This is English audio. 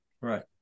Right